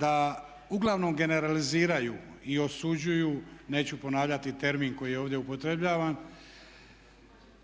da uglavnom generaliziraju i osuđuju, neću ponavljati termin koji je ovdje upotrebljavan,